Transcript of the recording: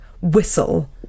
whistle